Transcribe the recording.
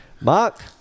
Mark